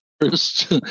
First